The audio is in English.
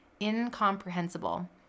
incomprehensible